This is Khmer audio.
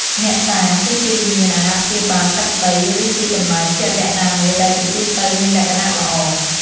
អ្នកតា គឺជាវិញ្ញាណអាណាព្យាបាលទឹកដី ឬទីកន្លែងជាក់លាក់ណាមួយ ដែលជាទូទៅមានលក្ខណៈល្អ។